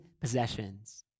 possessions